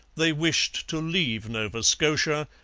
they wished to leave nova scotia,